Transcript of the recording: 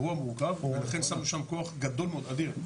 זה אירוע מורכב, לכן שמנו שם כוח גדול מאוד, אדיר,